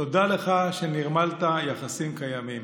תודה לך שנרמלת יחסים קיימים.